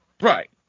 Right